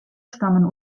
stammen